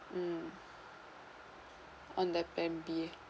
mm on the plan B